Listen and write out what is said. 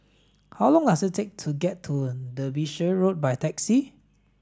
how long does it take to get to Derbyshire Road by taxi